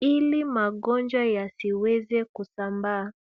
ili magonjwa yasiweze kusambaa.